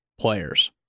players